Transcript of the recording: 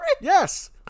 yes